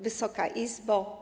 Wysoka Izbo!